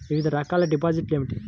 వివిధ రకాల డిపాజిట్లు ఏమిటీ?